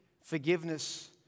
forgiveness